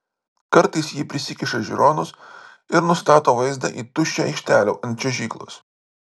kartais ji prisikiša žiūronus ir nustato vaizdą į tuščią aikštelę ant čiuožyklos